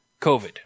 COVID